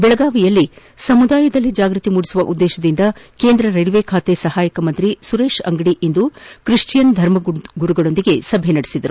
ಬೆಳಗಾವಿಯಲ್ಲಿ ಸಮುದಾಯದಲ್ಲಿ ಜಾಗ್ಯತಿ ಮುಡಿಸುವ ಉದ್ದೇಶದಿಂದ ಕೇಂದ್ರ ರೈಲ್ವೆ ಖಾತೆ ಸಹಾಯಕ ಸಚಿವ ಸುರೇಶ್ ಅಂಗಡಿ ಇಂದು ಕ್ರಿಶ್ವಿಯನ್ ಧರ್ಮಗುರುಗಳೊಂದಿಗೆ ಸಭೆ ನಡೆಸಿದರು